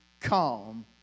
calm